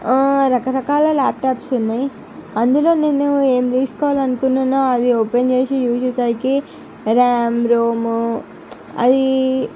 ఆ రకరకాల ల్యాప్టాప్స్ ఉన్నాయి అందులో నేను ఏం తీసుకోవాలనుకున్నానో అది ఓపెన్ చేసి చూసేసరికి ర్యామ్ రోమ్ అది